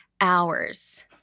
hours